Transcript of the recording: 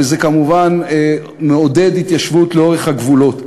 וזה כמובן מעודד התיישבות לאורך הגבולות.